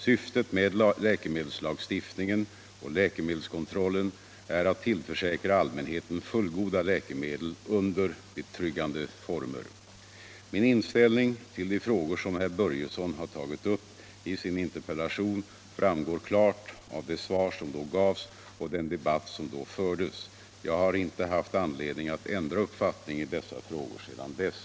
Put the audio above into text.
Syftet med läkemedelslagstiftningen och läkemedelskontrollen är att tillförsäkra allmänheten fullgoda läkemedel under betryggande former. Min inställning till de frågor som herr Börjesson har tagit upp i sin interpellation framgår klart av det svar som då gavs och den debatt som då fördes. Jag har inte haft anledning att ändra uppfattning i dessa frågor sedan dess.